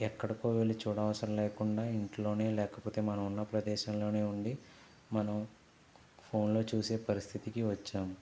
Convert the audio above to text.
ఎక్కడికో వెళ్ళి చూడనవసరం లేకుండా ఇంట్లోనే లేకపోతే మనమున్న ప్రదేశంలోనే ఉండి మనం ఫోన్లో చూసే పరిస్థితికి వచ్చాం